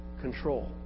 control